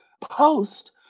post